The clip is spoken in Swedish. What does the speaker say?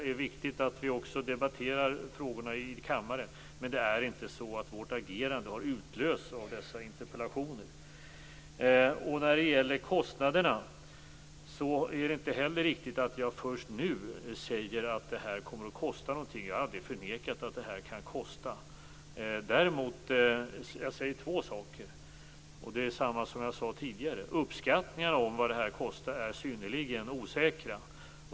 Det viktigt att vi debatterar frågorna också i kammaren, men vårt agerande har inte utlösts av dessa interpellationer. Det är heller inte riktigt att jag först nu säger att det kommer att kosta någonting. Jag har aldrig förnekat att det kan kosta. Jag säger samma två saker som tidigare: Uppskattningarna av vad detta kostar är synnerligen osäkra.